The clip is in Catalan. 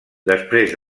després